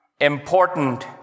important